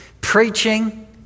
preaching